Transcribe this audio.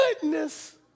goodness